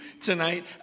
tonight